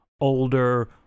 older